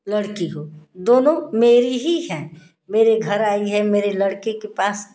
लड़की हो दोनों मेरी ही है मेरे घर आई है मेरे लड़के के पास